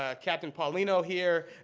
ah captain paulino here.